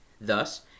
Thus